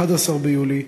11 ביולי,